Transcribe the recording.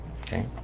okay